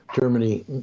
Germany